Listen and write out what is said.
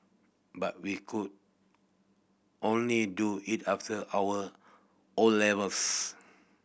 but we could only do it after our O levels